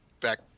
back